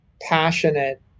passionate